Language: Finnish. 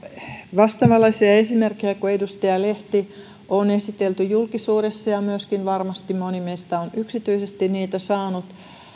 vastaavanlaisia esimerkkejä kuin edustaja lehdellä on esitelty julkisuudessa ja varmasti moni meistä on myöskin yksityisesti niitä saanut